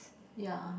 ya